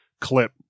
clip